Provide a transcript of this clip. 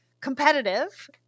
competitive